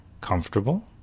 comfortable